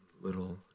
little